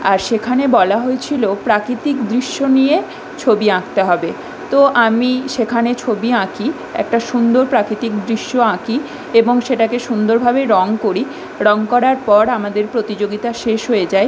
আর সেখানে বলা হয়েছিলো প্রাকৃতিক দৃশ্য নিয়ে ছবি আঁকতে হবে তো আমি সেখানে ছবি আঁকি একটা সুন্দর প্রাকিতিক দৃশ্য আঁকি এবং সেটাকে সুন্দরভাবে রঙ করি রঙ করার পর আমাদের প্রতিযোগিতা শেষ হয়ে যায়